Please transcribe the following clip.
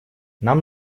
нам